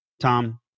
Tom